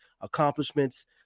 accomplishments